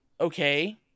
okay